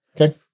Okay